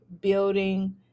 building